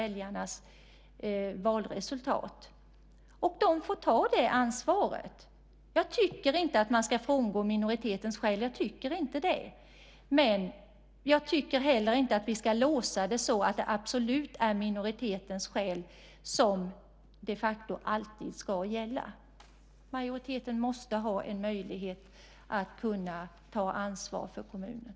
Den majoriteten får ta ansvaret. Jag tycker inte att man ska frångå minoritetens skäl, men jag tycker inte att vi ska låsa oss så att det alltid blir minoritetens skäl som de facto ska gälla. Majoriteten måste ha en möjlighet att ta ansvar för kommunen.